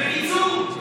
בקיצור,